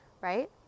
right